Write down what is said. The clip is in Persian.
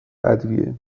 ادویه